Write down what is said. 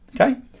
okay